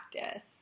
practice